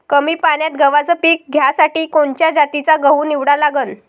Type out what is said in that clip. कमी पान्यात गव्हाचं पीक घ्यासाठी कोनच्या जातीचा गहू निवडा लागन?